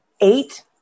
eight